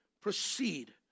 proceed